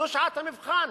זו שעת המבחן,